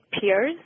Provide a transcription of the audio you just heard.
peers